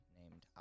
named